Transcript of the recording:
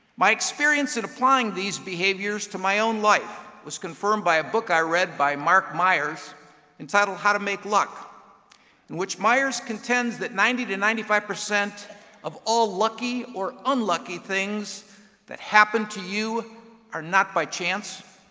my experience in applying these behaviors to my own life was confirmed by a book i read by marc myers entitled, how to make luck, in which myers contends that ninety to ninety five percent of all lucky or unlucky things that happen to you are not by chance,